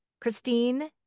Christine